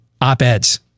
op-eds